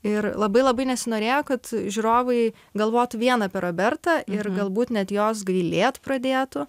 ir labai labai nesinorėjo kad žiūrovai galvotų vien apie robertą ir galbūt net jos gailėt pradėtų